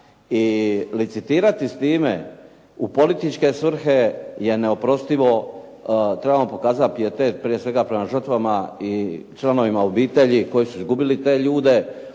i licitirati s time u političke svrhe je neoprostivo. Trebamo pokazati pijetet prije svega prema žrtvama i članovima obitelji koji su izgubili te ljude.